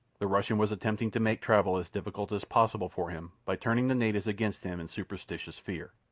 the russian was attempting to make travel as difficult as possible for him by turning the natives against him in superstitious fear.